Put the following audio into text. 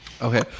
Okay